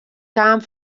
kaam